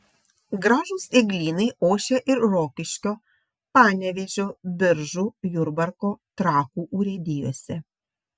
gražūs eglynai ošia ir rokiškio panevėžio biržų jurbarko trakų urėdijose